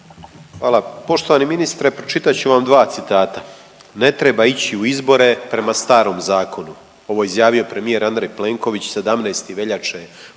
Hvala. Poštovani ministre pročitat ću vam dva citata „Ne treba ići u izbore prema starom zakonu“ ovo je izjavio premijer Andrej Plenković 17. veljače